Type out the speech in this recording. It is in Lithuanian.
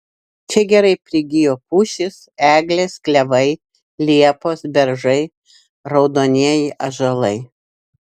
čia gerai prigijo pušys eglės klevai liepos beržai raudonieji ąžuolai